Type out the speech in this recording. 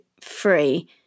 free